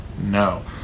no